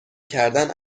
کردن